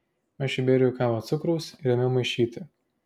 aš įbėriau į kavą cukraus ir ėmiau maišyti